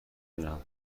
دونم